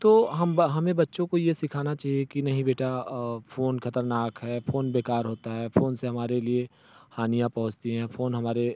तो हम हमें बच्चों को ये सीखाना चाहिए कि नहीं बेटा फोन खतरनाक है फोन बेकार होता है फोन से हमारे लिए हानियाँ पहुँचती हैं फोन हमारे